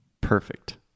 Perfect